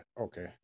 Okay